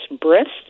breasts